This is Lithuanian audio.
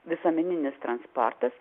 visuomeninis transportas